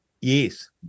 Yes